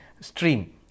stream